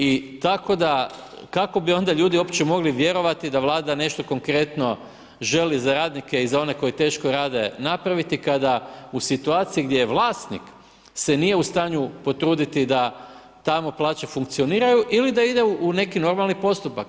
I tako da, kako bi onda ljudi mogli uopće vjerovati, da vlada nešto konkretno želi za radnike i za one koji teško rade, napraviti, kada u situaciji gdje je vlasnik, se nije u stanju potruditi, da tamo plaće funkcioniraju ilii da idu u neki normalan postupak.